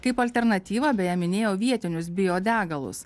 kaip alternatyvą beje minėjo vietinius biodegalus